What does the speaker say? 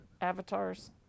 avatars